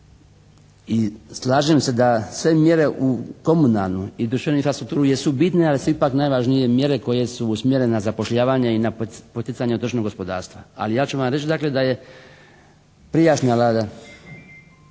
i slažem se da sve mjere u komunalnim i društvenoj infrastrukturi jesu bitne ali se ipak najvažnije mjere koje su usmjerene na zapošljavanje i na poticanje otočnog gospodarstva. Ali ja ću vam reći dakle da je prijašnja Vlada